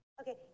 Okay